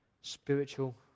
spiritual